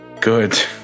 Good